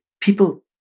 people